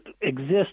exist